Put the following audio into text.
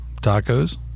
Tacos